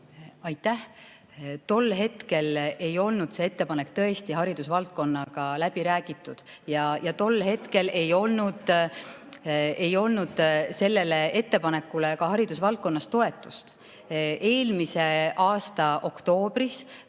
Aitäh! Tol hetkel ei olnud see ettepanek tõesti haridusvaldkonnaga läbi räägitud ja tol hetkel ei olnud sellele ettepanekule ka haridusvaldkonnas toetust. Eelmise aasta oktoobris